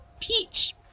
Peach